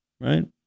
Right